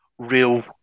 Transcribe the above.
Real